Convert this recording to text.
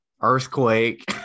earthquake